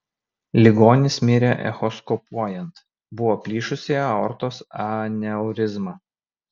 ligonis mirė echoskopuojant buvo plyšusi aortos aneurizma